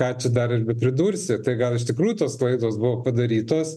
ką čia dar ir bepridursi tai gal iš tikrųjų tos klaidos buvo padarytos